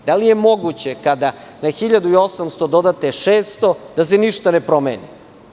Da li je moguće kada na 1.800 dodate 600, da se ništa ne promeni?